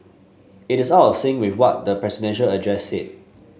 it is out of sync with what the presidential address said